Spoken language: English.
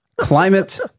Climate